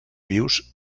vius